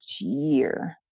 year